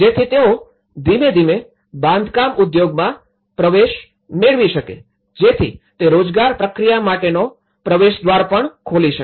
જેથી તેઓ ધીમે ધીમે બાંધકામ ઉદ્યોગમાં પ્રવેશ મેળવી શકે જેથી તે રોજગાર પ્રક્રિયા માટેનો પ્રવેશદ્વાર પણ ખોલી શકે